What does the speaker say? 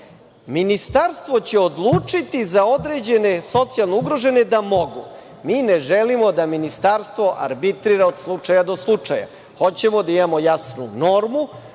Ministarstvo će odlučiti za određene socijalno ugrožene da mogu. Mi ne želimo da ministarstvo arbitrira od slučaja do slučaja. Hoćemo da imamo jasnu normu